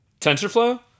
TensorFlow